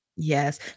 Yes